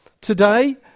Today